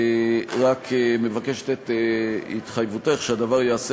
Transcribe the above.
היא רק מבקשת את התחייבותך שהדבר ייעשה